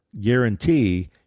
guarantee